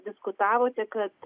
diskutavote kad